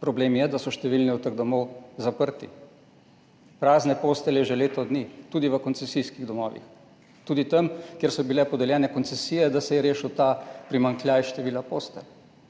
Problem je, da so številni od teh domov zaprti, prazne postelje so že leto dni, tudi v koncesijskih domovih, tudi tam, kjer so bile podeljene koncesije, da se je rešil ta primanjkljaj števila postelj.